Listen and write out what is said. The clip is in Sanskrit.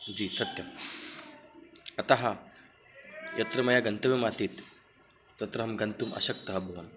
जि सत्यम् अतः यत्र मया गन्तव्यम् आसीत् तत्र अहं गन्तुम् अशक्तः अभवम्